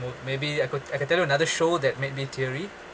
mo~ maybe I could I could tell you another show that made me teary